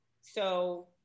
So-